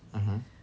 (uh huh)